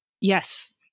Yes